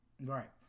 right